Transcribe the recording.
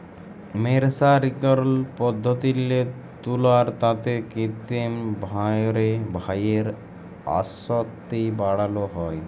মের্সারিকরল পদ্ধতিল্লে তুলার তাঁতে কিত্তিম ভাঁয়রে ডাইয়ের আসক্তি বাড়ালো হ্যয়